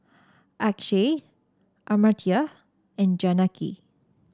Akshay Amartya and Janaki